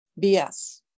BS